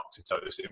oxytocin